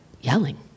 yelling